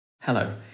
Hello